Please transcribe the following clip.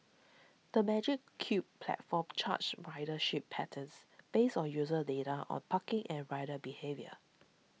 the Magic Cube platform charts ridership patterns based on user data on parking and rider behaviour